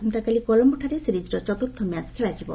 ଆସନ୍ତାକାଲି କଲମ୍ବୋଠାରେ ସିରିଜ୍ର ଚତୁର୍ଥ ମ୍ୟାଚ୍ ଖେଳାଯିବ